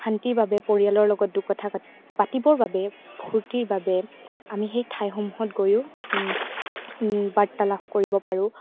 শান্তিৰ বাবে পৰিয়ালৰ লগত দু কথা পাতিবৰ বাবে ফূৰ্তিৰ বাবে আমি সেই ঠাইসমূহত গৈও বাৰ্তা লাভ কৰিব পাৰোঁ